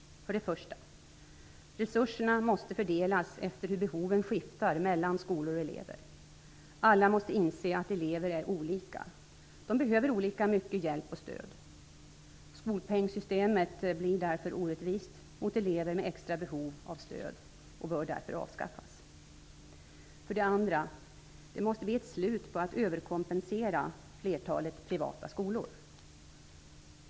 För det första måste resurserna fördelas efter hur behoven skiftar mellan skolor och elever. Alla måste inse att elever är olika. De behöver olika mycket hjälp och stöd. Skolpengssystemet blir orättvist för elever med extra behov av stöd och bör därför avskaffas. För det andra måste det bli ett slut på att man överkompenserar flertalet privata skolor.